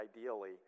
ideally